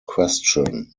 question